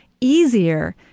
easier